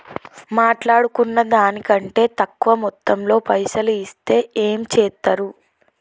మాట్లాడుకున్న దాని కంటే తక్కువ మొత్తంలో పైసలు ఇస్తే ఏం చేత్తరు?